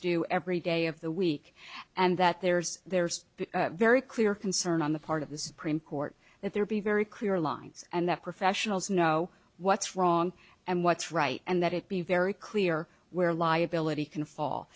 do every day of the week and that there's there's a very clear concern on the part of the supreme court that there be very clear lines and that professionals know what's wrong and what's right and that it be very clear where liability can fall